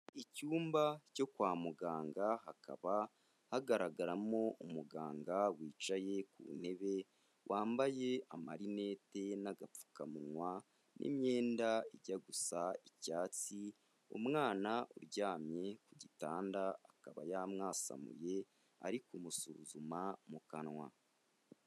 Icyumba cyo kwa muganga, hakaba hagaragaramo umuganga wicaye ku ntebe, wambaye amarineti n'agapfukamunwa n'imyenda ijya gusa icyatsi, umwana uryamye ku gitanda, akaba yamwasamuye ari kumusuzuma mu kanwa.